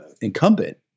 incumbent